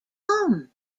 come